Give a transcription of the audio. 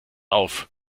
auf